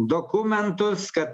dokumentus kad